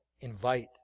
invite